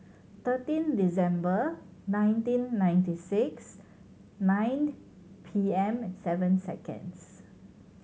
thirteen December nineteen ninety six nine P M seven seconds